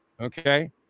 Okay